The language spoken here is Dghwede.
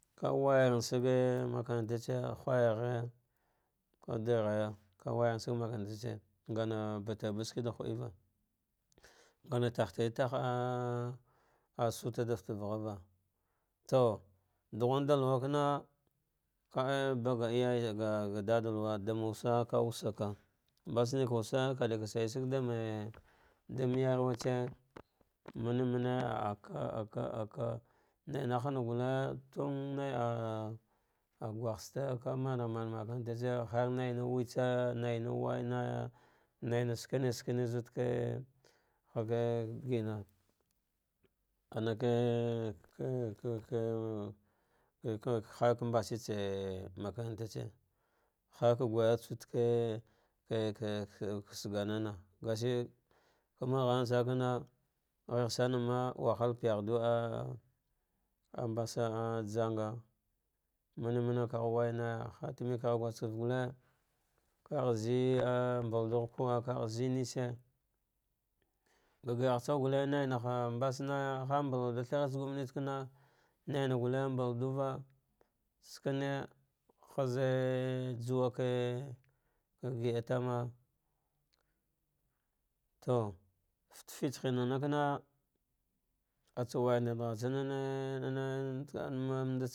Ka wayaran sage markarantse ka huya ghaya vadarghaya ka wainesagh markaranta tsa ngana batar ba shiki da imfeva, ana tahteri yah ah ahsuta daf ta va hufeva, ana tahtei tah suta daftava ghava to ɗaghumɗa kauwa kana ka ie baa ayay ga ɗaɗa uwa dam wusa ka wusaka mbasnika wusa kadeka ɗa sawesag ɗa mbe yarw gule ton naiah gughste ana manmakaranta tsa har naina wetsaja naina wainaya naina skene skene, zuɗve hagi vigama anake k eke har va mbase tsane makaranta tse harka guyel tsa wud k eve sajjanana gashi kuma ghalna sana kana ghe ghe sanama, wahal payaghchi mbasa jam gha mate mane kagh wainaya hartemavegh guskefte gulle, vagh ze mbalavugh kuve kagh zzenisa ga garahhatsa gulle, nainaha mbasnaya har mballardur theretsa gomnits kana, naviguite mbalhva skene haze juweve ka gida tana to fate fits hinana kana stsa wainanatsene ane ane amn.